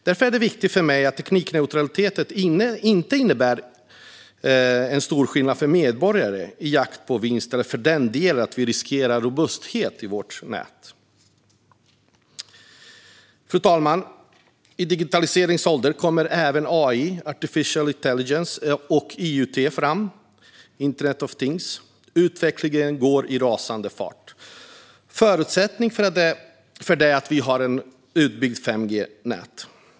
Därför är det viktigt för mig att teknikneutralitet inte innebär stor skillnad för medborgarna i jakten på vinst eller för den delen att vi riskerar robustheten i vårt nät. Fru talman! I digitaliseringens ålder kommer även AI, artificial intelligence, och IOT, Internet of things. Utvecklingen går i rasande fart. Förutsättningen för detta är att vi har ett utbyggt 5G-nät.